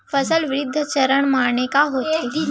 फसल वृद्धि चरण माने का होथे?